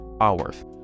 hours